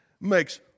makes